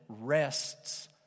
rests